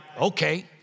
okay